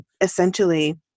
essentially